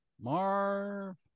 Marv